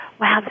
wow